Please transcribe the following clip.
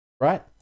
right